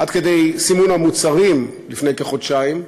עד כדי סימון המוצרים לפני כחודשיים,